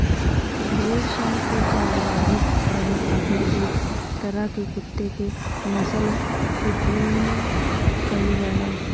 भेड़ सन के चारवाही करे खातिर एक तरह के कुत्ता के नस्ल के ट्रेन्ड कईल जाला